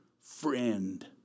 friend